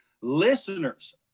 Listeners